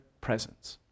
presence